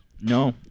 No